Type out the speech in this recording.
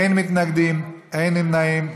אין מתנגדים ואין נמנעים,